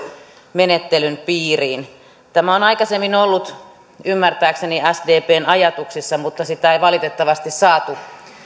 menettelyn piiriin tämä on aikaisemmin ollut ymmärtääkseni sdpn ajatuksissa mutta sitä ei valitettavasti saatu